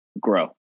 grow